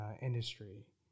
industry